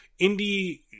Indie